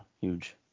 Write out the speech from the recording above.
huge